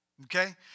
Okay